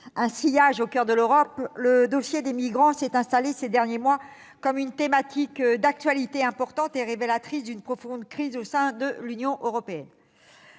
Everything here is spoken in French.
leur sillon au coeur de l'Europe, le dossier des migrants s'est installé ces derniers mois comme une thématique d'actualité importante et révélatrice d'une profonde crise au sein de l'Union européenne.